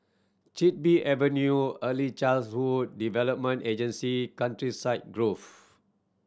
Chin Bee Avenue Early child's hood Development Agency Countryside Grove